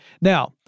Now